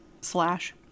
slash